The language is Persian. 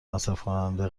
مصرفکننده